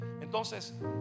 Entonces